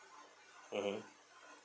mmhmm